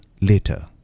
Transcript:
later